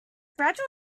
gradual